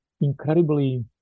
incredibly